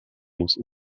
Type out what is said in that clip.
muss